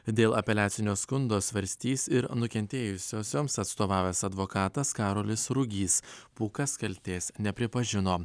dėl apeliacinio skundo svarstys ir nukentėjusiosioms atstovavęs advokatas karolis rugys pūkas kaltės nepripažino